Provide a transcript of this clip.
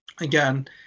again